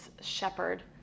shepherd